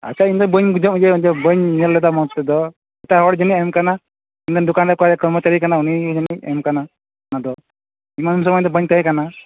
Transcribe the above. ᱟᱪᱪᱷᱟ ᱤᱧ ᱫᱚ ᱵᱟᱹᱧ ᱵᱩᱡᱷᱟᱹᱣ ᱞᱮᱫᱟ ᱵᱟᱹᱧ ᱧᱮᱞ ᱞᱮᱫᱟ ᱢᱚᱡᱽ ᱛᱮᱫᱚ ᱮᱴᱟᱜ ᱦᱚᱲ ᱡᱟᱹᱱᱤᱡᱼᱮ ᱮᱢᱠᱟᱱᱟ ᱤᱧᱨᱮᱱ ᱫᱚᱠᱟᱱᱨᱮᱱ ᱚᱠᱚᱭ ᱠᱚᱨᱢᱚᱪᱟᱹᱨᱤ ᱠᱟᱱᱟᱭ ᱩᱱᱤ ᱜᱮ ᱡᱟᱹᱱᱤᱡᱼᱮ ᱮᱢ ᱠᱟᱱᱟ ᱚᱱᱟ ᱫᱚ ᱤᱧ ᱩᱱ ᱥᱚᱢᱚᱭ ᱫᱚ ᱵᱟᱹᱧ ᱛᱟᱦᱮᱸ ᱠᱟᱱᱟ